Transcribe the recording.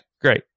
Great